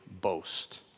boast